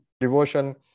devotion